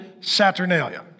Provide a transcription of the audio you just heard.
Saturnalia